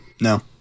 No